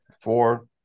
four